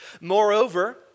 Moreover